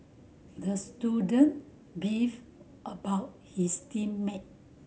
the student beefed about his team mate